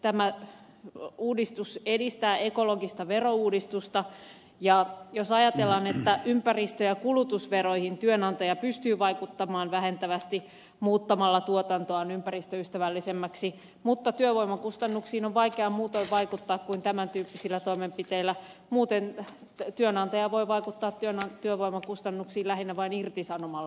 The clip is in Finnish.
tämä uudistus edistää ekologista verouudistusta jos ajatellaan että ympäristö ja kulutusveroihin työnantaja pystyy vaikuttamaan vähentävästi muuttamalla tuotantoaan ympäristöystävällisemmäksi mutta työvoimakustannuksiin on vaikea muutoin vaikuttaa kuin tämän tyyppisillä toimenpiteillä muuten työnantaja voi vaikuttaa työvoimakustannuksiin lähinnä vain irtisanomalla